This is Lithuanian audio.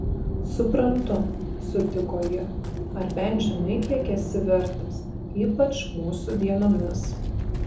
suprantu sutiko ji ar bent žinai kiek esi vertas ypač mūsų dienomis